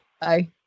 Bye